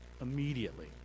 immediately